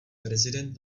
prezident